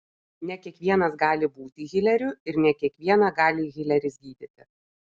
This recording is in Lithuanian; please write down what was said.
ne kiekvienas gali būti hileriu ir ne kiekvieną gali hileris gydyti